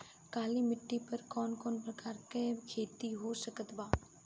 काली मिट्टी पर कौन कौन प्रकार के खेती हो सकत बा?